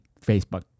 Facebook